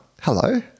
Hello